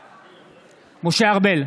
בעד משה ארבל,